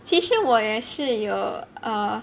其实我也是有 err